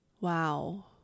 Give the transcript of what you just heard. Wow